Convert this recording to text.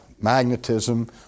magnetism